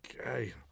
okay